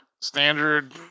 standard